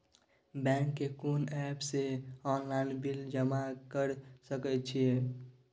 Bank के कोन app से ऑनलाइन बिल जमा कर सके छिए?